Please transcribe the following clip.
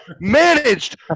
managed